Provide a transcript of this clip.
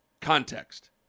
Context